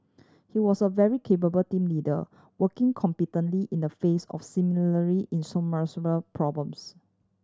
he was a very capable team leader working competently in the face of problems